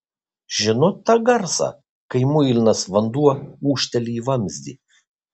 žinot tą garsą kai muilinas vanduo ūžteli į vamzdį